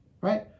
right